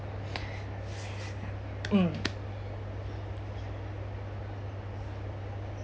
mm